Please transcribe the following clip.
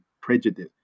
prejudice